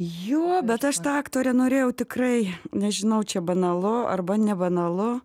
jo bet aš ta aktore norėjau tikrai nežinau čia banalu arba nebanalu